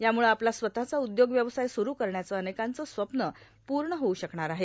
यामुळे आपला स्वतःचा उदयोग व्यवसाय सुरू करण्याचे अनेकांचे स्वप्न पूण होऊ शकणार आहे